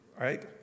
right